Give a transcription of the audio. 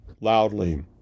loudly